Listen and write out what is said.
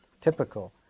typical